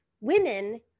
women